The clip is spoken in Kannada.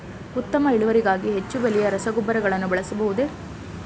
ಉತ್ತಮ ಇಳುವರಿಗಾಗಿ ಹೆಚ್ಚು ಬೆಲೆಯ ರಸಗೊಬ್ಬರಗಳನ್ನು ಬಳಸಬಹುದೇ?